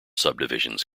subdivisions